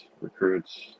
recruits